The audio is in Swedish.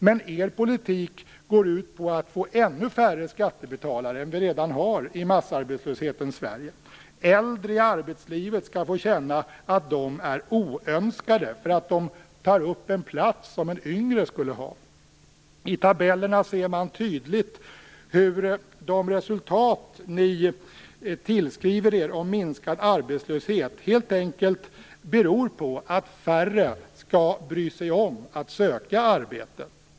Men er politik går ut på att få ännu färre skattebetalare än vi redan har i massarbetslöshetens Sverige. Äldre i arbetslivet skall få känna att de är oönskade därför att de tar upp en plats som en yngre skulle ha. I tabellerna ser man tydligt hur de resultat i fråga om minskad arbetslöshet som ni tillskriver er helt enkelt beror på att färre skall bry sig om att söka arbete.